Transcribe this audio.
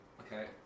Okay